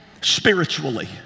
spiritually